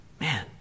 Man